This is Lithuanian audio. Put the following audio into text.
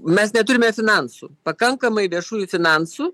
mes neturime finansų pakankamai viešųjų finansų